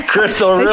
Crystal